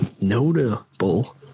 notable